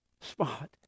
spot